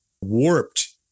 warped